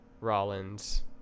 Rollins